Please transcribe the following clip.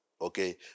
Okay